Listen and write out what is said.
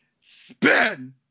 spin